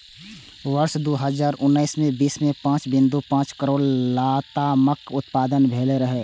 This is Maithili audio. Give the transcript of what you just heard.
वर्ष दू हजार उन्नैस मे विश्व मे पांच बिंदु पांच करोड़ लतामक उत्पादन भेल रहै